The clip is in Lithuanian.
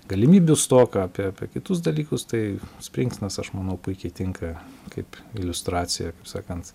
galimybių stoką apie apie kitus dalykus tai springstonas aš manau puikiai tinka kaip iliustracija kaip sakant